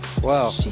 Wow